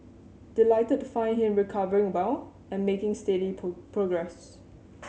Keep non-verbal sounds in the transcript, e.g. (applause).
delighted to find him recovering well and making steady (unintelligible) progress